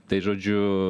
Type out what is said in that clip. tai žodžiu